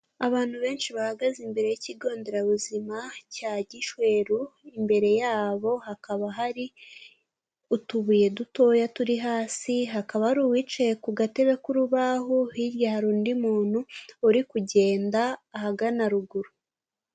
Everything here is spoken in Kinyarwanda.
Abantu benshi bahagaze imbere y'ikigo nderabuzima cya Gishweru, imbere yabo hakaba hari utubuye dutoya turi hasi, hakaba ari uwicaye ku gatebe k'urubaho, hirya hari undi muntu uri kugenda ahagana ruguru.